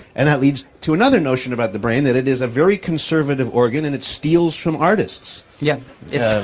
and that leads to another notion about the brain, that it is a very conservative organ and it steals from artists. yeah yeah